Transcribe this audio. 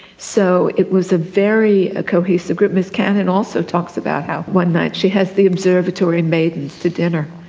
so it was a very ah cohesive group. miss cannon also talks about how one night she has the observatory maidens to dinner,